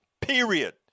period